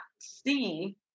see